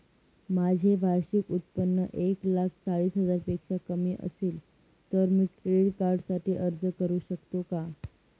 माझे वार्षिक उत्त्पन्न एक लाख चाळीस हजार पेक्षा कमी असेल तर मी क्रेडिट कार्डसाठी अर्ज करु शकतो का?